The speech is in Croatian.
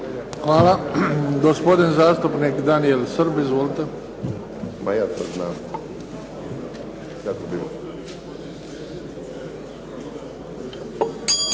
Hvala. Gospodin zastupnik Daniel Srb. Izvolite.